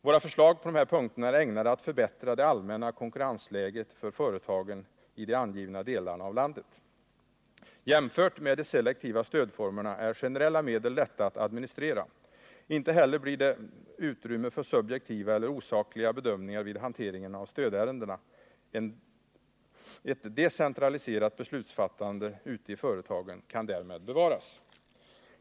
Våra förslag på de här punkterna är ägnade att förbättra det allmänna konkurrensläget för företagen i de angivna delarna av landet. I jämförelse med de selektiva stödformerna är generella medel lätta att administrera. Inte heller blir det utrymme för subjektiva eller osakliga bedömningar vid hanteringen av stödärendena. Ett decentraliserat beslutsfattande ute i företagen kan därmed bevaras.